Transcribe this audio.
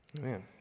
Man